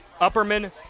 Upperman